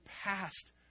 past